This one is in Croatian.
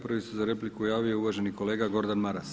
Prvi se za repliku javio uvaženi kolega Gordan Maras.